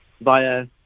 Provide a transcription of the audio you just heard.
via